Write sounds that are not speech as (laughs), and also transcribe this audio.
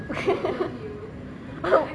(laughs) oh